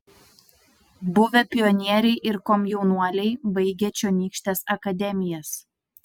buvę pionieriai ir komjaunuoliai baigę čionykštes akademijas